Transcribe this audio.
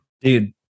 Dude